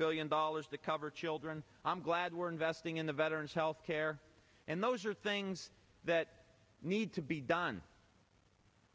billion dollars to cover children i'm glad we're investing in the veterans health care and those are things that need to be done